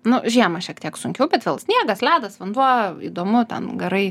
nu žiemą šiek tiek sunkiau bet vėl sniegas ledas vanduo įdomu ten garai